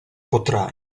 potrà